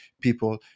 people